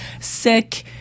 sick